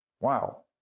Wow